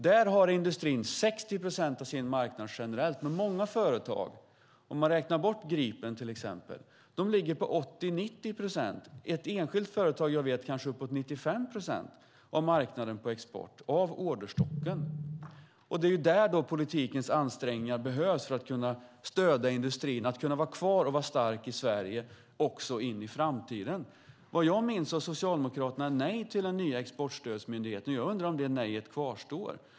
Där har industrin 60 procent av sin marknad generellt, men många företag ligger på 80-90 procent. Ett enskilt företag jag känner till har uppemot 95 procent av sin orderstock på export. Politikens ansträngningar behövs där för att stödja industrin så att den kan vara kvar och vara stark i Sverige också i framtiden. Vad jag minns sade Socialdemokraterna nej till den nya exportstödsmyndigheten. Jag undrar om det nejet kvarstår.